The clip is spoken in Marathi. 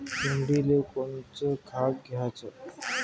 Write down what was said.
कोंबडीले कोनच खाद्य द्याच?